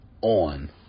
on